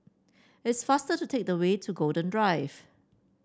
it's faster to take the way to Golden Drive